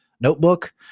notebook